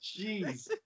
Jeez